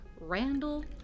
Randall